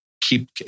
keep